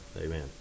Amen